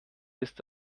ist